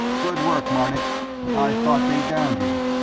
good work, marnik i thought they'd downed you.